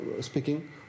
speaking